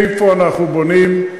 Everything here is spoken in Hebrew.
איפה אנחנו בונים,